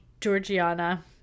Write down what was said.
Georgiana